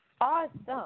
Awesome